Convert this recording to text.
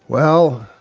well,